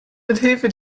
mithilfe